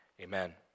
Amen